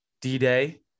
d-day